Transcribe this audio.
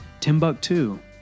Timbuktu